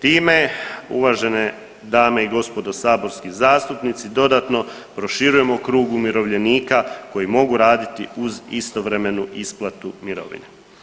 Time uvažene dame i gospodo saborski zastupnici dodatno proširujemo krug umirovljenika koji mogu raditi uz istovremenu isplatu mirovine.